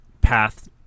path